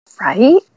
Right